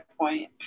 point